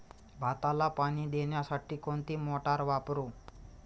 भाताला पाणी देण्यासाठी कोणती मोटार वापरू?